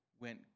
went